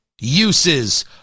uses